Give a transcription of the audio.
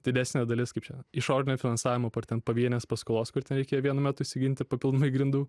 didesnė dalis kaip čia išorinio finansavimo apart ten pavienės paskolos kur ten reikėjo vienu metu įsiginti papildomai grindų